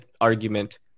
argument